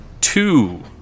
two